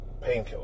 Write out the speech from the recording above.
Painkillers